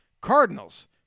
Cardinals